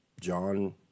John